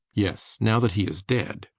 yes, now that he is dead.